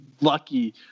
lucky